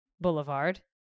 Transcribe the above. boulevard